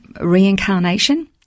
reincarnation